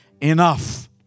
Enough